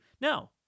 No